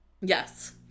Yes